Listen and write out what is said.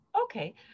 Okay